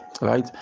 right